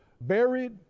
buried